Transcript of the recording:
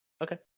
Okay